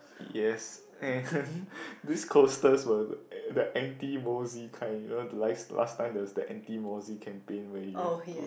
yes and these coasters were the anti mozzie kind you know last last time there's the anti mozzie campaign where you have to